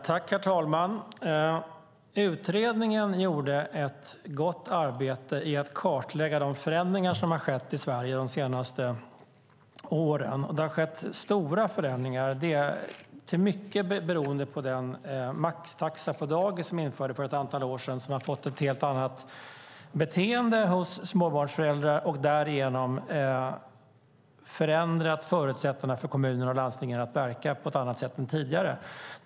Herr talman! Utredningen gjorde ett gott arbete i att kartlägga de förändringar som har skett i Sverige de senaste åren. Det har skett stora förändringar, mycket beroende på den maxtaxa på dagis som vi införde för ett antal år sedan. Den har lett till ett helt annat beteende hos småbarnsföräldrar och därigenom förändrat förutsättningarna för kommuner och landsting att verka på ett annat sätt än tidigare.